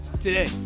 today